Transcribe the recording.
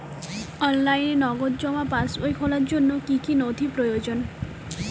অনলাইনে নগদ জমা পাসবই খোলার জন্য কী কী নথি প্রয়োজন?